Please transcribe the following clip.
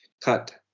cut